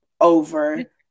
over